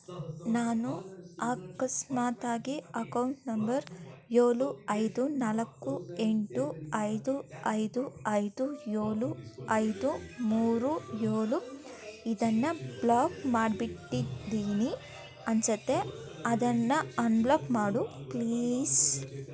ನಾನು ಅಕಸ್ಮಾತಾಗಿ account number ಏಳು ಐದು ನಾಲ್ಕು ಎಂಟು ಐದು ಐದು ಐದು ಏಳು ಐದು ಮೂರು ಏಳು ಇದನ್ನು ಬ್ಲಾಕ್ ಮಾಡಿಬಿಟ್ಟಿದ್ದೀನಿ ಅನಿಸತ್ತೆ ಅದನ್ನು ಅನ್ಬ್ಲಾಕ್ ಮಾಡು ಪ್ಲೀಸ್